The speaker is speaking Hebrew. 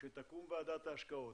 כשתקום ועדת השקעות.